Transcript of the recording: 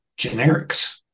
generics